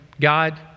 God